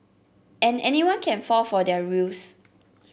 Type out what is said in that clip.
and anyone can fall for their ruse